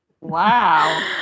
Wow